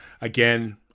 Again